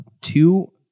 two